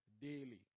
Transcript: daily